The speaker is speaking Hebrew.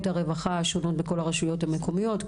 הרווחה השונות בכל הרשויות המקומיות,